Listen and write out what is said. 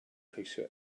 ceisio